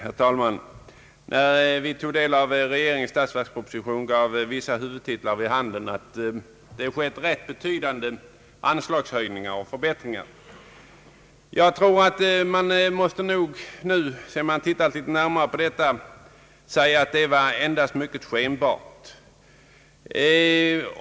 Herr talman! När vi tog del av regeringens statsverksproposition, gav vissa huvudtitlar vid handen att det skett rätt betydande anslagshöjningar och förbättringar. Vi måste nog, när vi sett efter litet närmare, säga att detta var endast mycket skenbart.